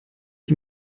ich